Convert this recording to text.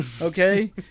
okay